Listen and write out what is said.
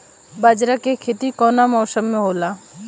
बाजरा के खेती कवना मौसम मे होला?